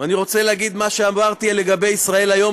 ואני רוצה להגיד את מה שאמרתי לגבי "ישראל היום",